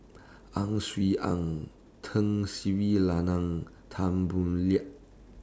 Ang Swee Aun Tun Sri Lanang Tan Boo Liat